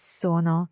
sono